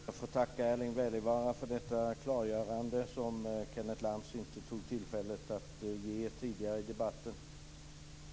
Fru talman! Jag får tacka Erling Wälivaara för detta klargörande som Kenneth Lantz inte tog tillfället att ge tidigare i debatten.